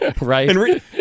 right